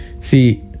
see